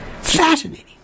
fascinating